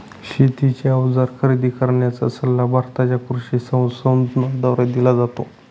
शेतीचे अवजार खरेदी करण्याचा सल्ला भारताच्या कृषी संसाधनाद्वारे दिला जातो